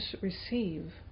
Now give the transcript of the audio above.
receive